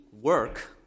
work